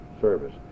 service